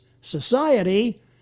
society